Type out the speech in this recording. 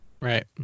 right